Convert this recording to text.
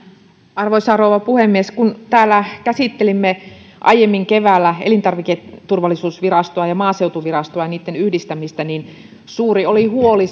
arvoisa rouva puhemies kun täällä käsittelimme aiemmin keväällä elintarviketurvallisuusvirastoa ja maaseutuvirastoa ja niitten yhdistämistä niin suuri oli huoli